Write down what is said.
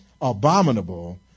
abominable